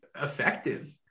effective